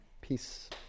peace